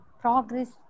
progress